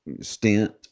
stint